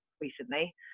recently